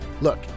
Look